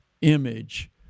image